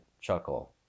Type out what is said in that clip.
chuckle